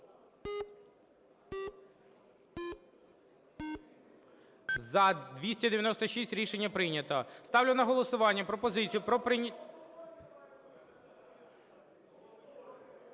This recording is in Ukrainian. За-296 Рішення прийнято. Ставлю на голосування пропозицію про…